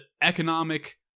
economic